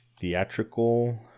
theatrical